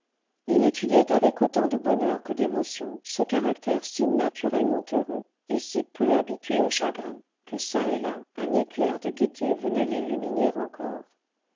il étudiait avec autant de bonheur que d'émotion ce caractère si naturellement heureux et si peu habitué au chagrin que çà et là un éclair de gaieté venait l'illuminer encore